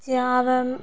जाय आबय